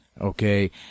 Okay